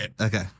Okay